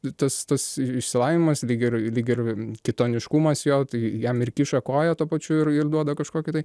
tas tas išsilavinimas lyg ir lyg ir kitoniškumas jo tai jam ir kiša koją tuo pačiu ir ir duoda kažkokį tai